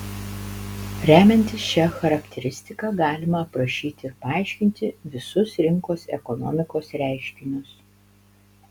remiantis šia charakteristika galima aprašyti ir paaiškinti visus rinkos ekonomikos reiškinius